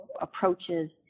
approaches